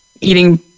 eating